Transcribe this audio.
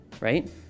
Right